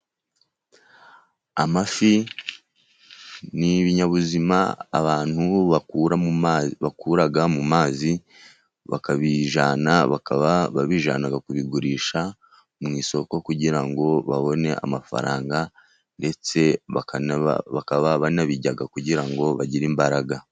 Amafi ni ibinyabuzima abantu bakura mu mazi bakabijyana kubigurisha mu isoko, kugira ngo babone amafaranga. Ndetse bakaba banabirya kugira ngo bagire imbaraga.